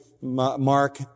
Mark